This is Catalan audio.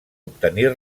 obtenir